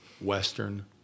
Western